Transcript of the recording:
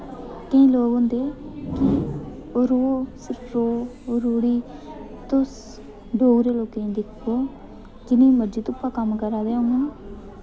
केईं लोक होंदे कि रो सिर्फ रो रुढ़ी तुस डोगरे लोकें दिक्खो जिन्नी मर्जी धुप्पै कम्म करै दे होङन